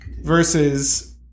versus